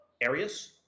areas